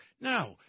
Now